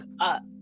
up